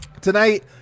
tonight